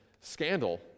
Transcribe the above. scandal